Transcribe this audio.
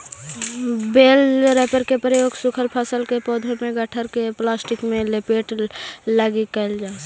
बेल wrapper के प्रयोग सूखल फसल के पौधा के गट्ठर के प्लास्टिक में लपेटे लगी कईल जा हई